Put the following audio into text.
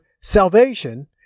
salvation